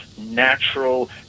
natural